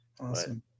Awesome